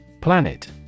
Planet